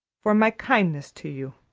for my kindness to you,